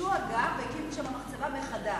הקימו שם מחצבה מחדש,